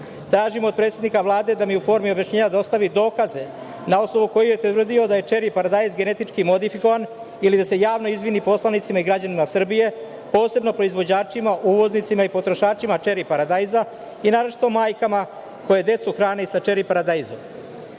Tražim od predsednika Vlade da mi u formi objašnjenja dostavi dokaze na osnovu kojih je utvrdio da je čeri paradajz genetički modifikovan ili da se javno izvini poslanicima i građanima Srbije, posebno proizvođačima, uvoznicima i potrošačima čeri paradajza i naročito majkama koje decu hrane i sa čeri paradajzom. Drugo